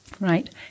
right